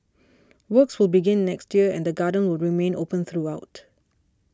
works will begin next year and the garden will remain open throughout